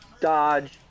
dodge